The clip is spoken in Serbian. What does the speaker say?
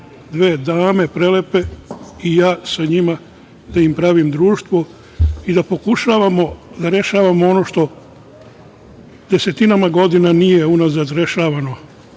dve prelepe dame i ja sa njima da im pravim društvo i da pokušavamo da rešavamo ono što desetinama godina unazad nije